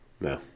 No